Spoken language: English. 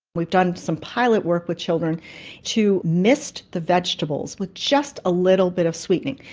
we've done some pilot work with children to mist the vegetables with just a little bit of sweetening.